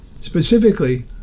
specifically